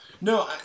No